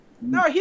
No